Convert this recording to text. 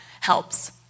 helps